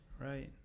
right